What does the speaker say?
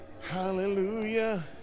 Hallelujah